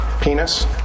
penis